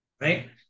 right